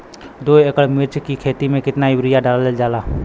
दो एकड़ मिर्च की खेती में कितना यूरिया डालल जाला?